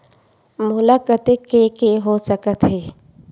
मोला कतेक के के हो सकत हे?